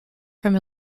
from